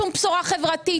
שום בשורה חברתית.